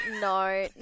No